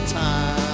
time